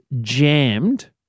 jammed